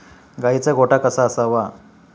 गाईचा गोठा कसा असावा?